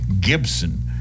gibson